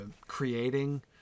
creating